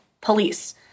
Police